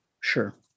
Sure